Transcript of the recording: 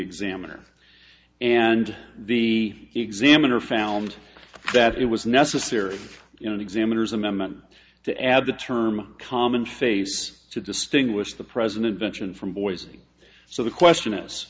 examiner and the examiner found that it was necessary you know examiners amendment to add the term common face to distinguish the president vention from boise so the question is